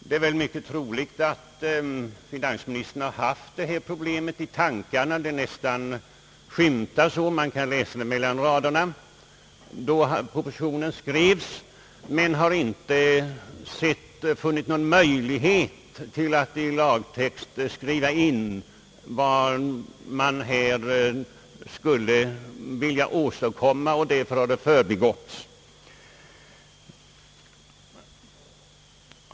Det är väl mycket troligt att finansministern har haft detta problem i tankarna — vi kan nästan läsa det mellan raderna i propositionen — men inte funnit någon möjlighet att i lagtext skriva in vad man här skulle vilja åstadkomma, och därför har detta förbigåtts.